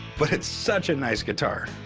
but it's such a nice guitar.